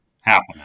happening